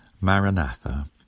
Maranatha